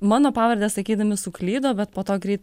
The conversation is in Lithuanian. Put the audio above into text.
mano pavardę sakydami suklydo bet po to greit